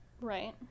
Right